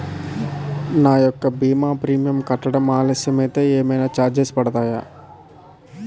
నా యెక్క భీమా ప్రీమియం కట్టడం ఆలస్యం అయితే ఏమైనా చార్జెస్ పడతాయా?